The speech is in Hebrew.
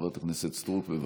חברת הכנסת סטרוק, בבקשה.